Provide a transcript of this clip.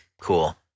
cool